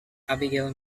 abigail